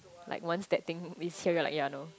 like one step thing it's here we are like ya no